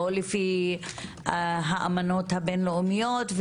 לא לפי האמנות הבינלאומיות,